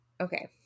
Okay